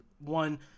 one